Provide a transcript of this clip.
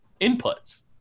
inputs